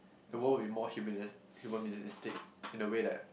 the world will be more human humanistic in a way that